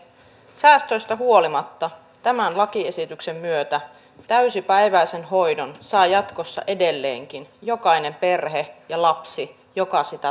säästöistä huolimatta tämän lakiesityksen myötä täysipäiväisen hoidon saa jatkossa edelleenkin jokainen perhe ja lapsi joka sitä tarvitsee